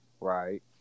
Right